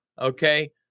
Okay